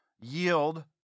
yield